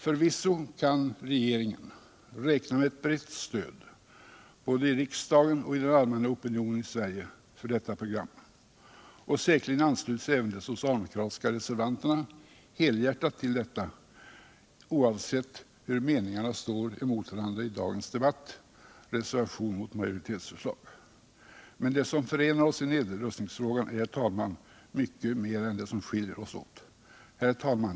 Förvisso kan regeringen räkna med ett brett stöd för detta program både i riksdagen och från den allmänna opinionen I Sverige. och säkerligen ansluter sig också de socialdemokratiska reservanterna helhjärtat till detta, ouvsett hur meningarna står emot varandra i dagens debatt — reservationen mot majoritetsförslaget. Det som förenar oss i nedrustningsfrågan är. herr talman, mycket mer än det som skiljer oss åt. Herr talman!